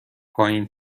پایین